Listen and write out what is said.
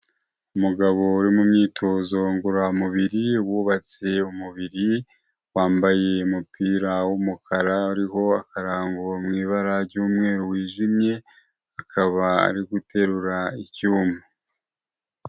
Umugabo uri mu myitozo ngororamubiri wubatse umubiri, wambaye umupira w'umukara uriho akarango mu ibara ry'umweru wijimye, akaba ari guterura icyuma.